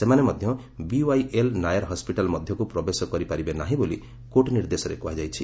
ସେମାନେ ମଧ୍ୟ BYL Nair hospital ମଧ୍ୟକୁ ପ୍ରବେଶ କରିପାରିବେ ନାହିଁ ବୋଲି କୋର୍ଟ୍ ନିର୍ଦ୍ଦେଶରେ କୁହାଯାଇଛି